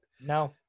no